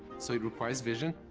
so it requires vision,